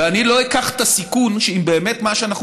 ואני לא אקח את הסיכון שאם באמת מה שאנחנו